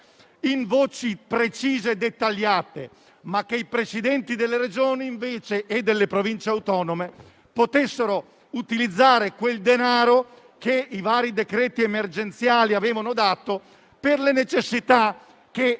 con voci precise e dettagliate, ma che i Presidenti delle Regioni e delle Province autonome potessero utilizzare quel denaro che i vari decreti emergenziali avevano dato per le necessità che